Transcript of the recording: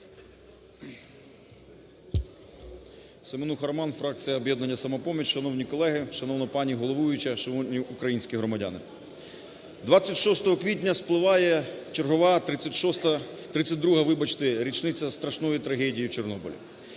Семенуха Роман, фракція "Об'єднання "Самопоміч". Шановні колеги, шановна пані головуюча, шановні українські громадяни! 26 квітня спливає чергова 36… 32-га, вибачте, річниця страшної трагедії Чорнобиля.